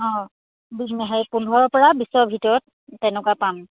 অঁ হেৰি পোন্ধৰৰ পৰা বিছৰ ভিতৰত তেনেকুৱা পাম